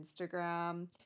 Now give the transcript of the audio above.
Instagram